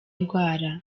ndwara